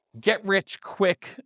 get-rich-quick